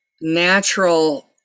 natural